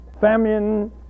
famine